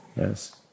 yes